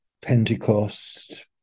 Pentecost